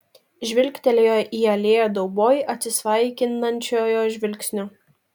žvilgtelėjo į alėją dauboj atsisveikinančiojo žvilgsniu